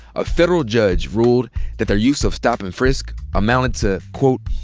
a federal judge ruled that their use of stop and frisk amounted to, quote,